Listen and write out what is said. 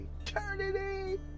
eternity